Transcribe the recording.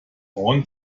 own